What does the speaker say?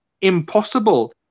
impossible